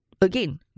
again